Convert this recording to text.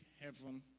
heaven